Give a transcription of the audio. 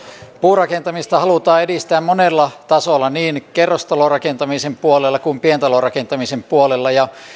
puurakentamista halutaan edistää monella tasolla niin kerrostalorakentamisen puolella kuin pientalorakentamisen puolella